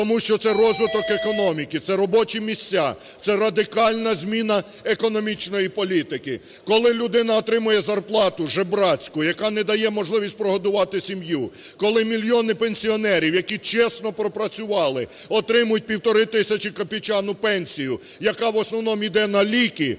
тому що це розвиток економіки, це робочі місця, це радикальна зміна економічної політики, коли людина отримує зарплату жебрацьку, яка не дає можливість прогодувати сім'ю, коли мільйони пенсіонерів, які чесно пропрацювали, отримують 1,5 тисячі копійчану пенсію, як в основному іде на ліки,